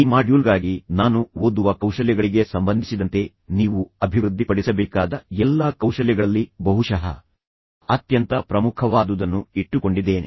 ಈ ಮಾಡ್ಯೂಲ್ಗಾಗಿ ನಾನು ಓದುವ ಕೌಶಲ್ಯಗಳಿಗೆ ಸಂಬಂಧಿಸಿದಂತೆ ನೀವು ಅಭಿವೃದ್ಧಿಪಡಿಸಬೇಕಾದ ಎಲ್ಲಾ ಕೌಶಲ್ಯಗಳಲ್ಲಿ ಬಹುಶಃ ಅತ್ಯಂತ ಪ್ರಮುಖವಾದುದನ್ನು ಇಟ್ಟುಕೊಂಡಿದ್ದೇನೆ